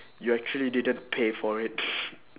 you actually didn't pay for it